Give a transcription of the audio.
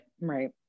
right